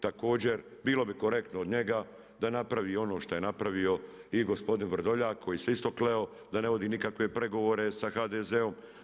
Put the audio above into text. Također bilo bi korektno od njega da napravi ono što je napravio i gospodin Vrdoljak koji se isto kleo da ne vodi nikakve pregovore sa HDZ-om.